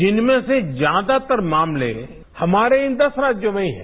जिनमें से ज्यादातर मामले हमारे इन दस राज्यों में ही हैं